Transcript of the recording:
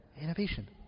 Innovation